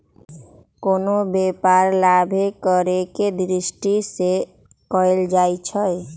कोनो व्यापार लाभे करेके दृष्टि से कएल जाइ छइ